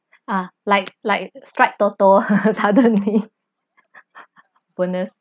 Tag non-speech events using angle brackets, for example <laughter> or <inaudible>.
ah like like strike toto <laughs> pardon me <laughs> goodness